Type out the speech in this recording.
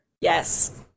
Yes